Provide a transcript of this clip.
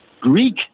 Greek